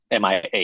MIA